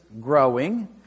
growing